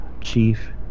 Chief